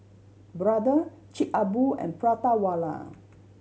Brother Chic a Boo and Prata Wala